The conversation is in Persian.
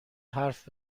حرف